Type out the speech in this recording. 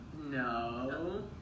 no